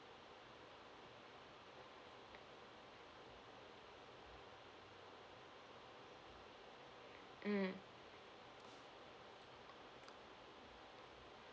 mmhmm